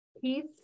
Peace